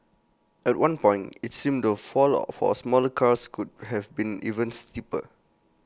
at one point IT seemed the fall of for smaller cars could have been even steeper